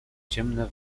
ciemne